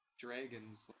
dragons